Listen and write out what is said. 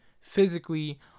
physically